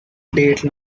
date